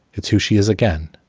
it's who she is again.